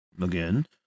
again